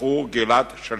לשחרור גלעד שליט,